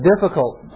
difficult